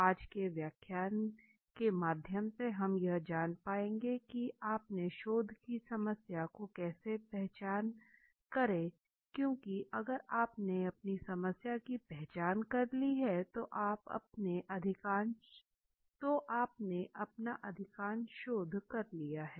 आज के व्याख्यान के माध्यम से हम यह जान पाएंगे की अपने शोध की समस्या की कैसे पहचान करें क्यूंकि अगर आपने अपनी समस्या की पहचान कर ली है तो आपने अधिकांश शोध कर लिया है